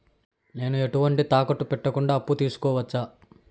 నేను ఎటువంటి తాకట్టు పెట్టకుండా అప్పు తీసుకోవచ్చా?